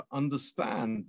understand